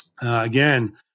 Again